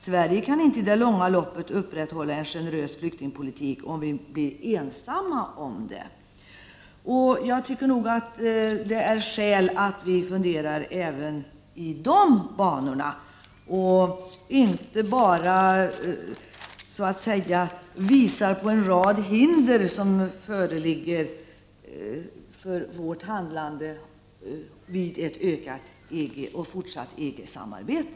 Sverige kan inte i det långa loppet upprätthålla en generös flyktingpolitik om vi blir ensamma om det.” Det är skäl att vi funderar även i de banorna och inte bara visar på en rad hinder som föreligger för vårt handlande vid ett fortsatt och ökat EG samarbete.